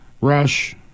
rush